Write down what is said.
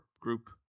group